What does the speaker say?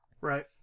right